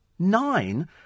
Nine